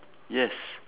yes